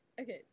okay